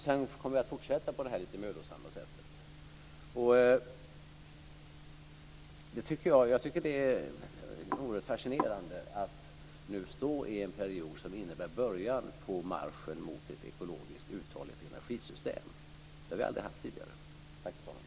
Sedan kommer vi att fortsätta på det lite mödosamma sättet. Jag tycker att det är oerhört fascinerande att nu stå i en period som innebär början på marschen mot ett ekologiskt uthålligt energisystem. Det har vi aldrig haft tidigare.